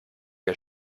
wir